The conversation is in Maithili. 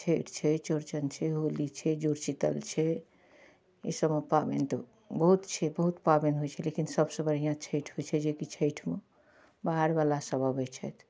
छठि छै चौड़चन छै होली छै जुड़शीतल छै इसबमे पाबनि तऽ बहुत छै बहुत पाबनि होइ छै लेकिन सबसऽ बढ़िऑं छठि होइ छै जेकि छठिमे बाहर वलासब अबै छथि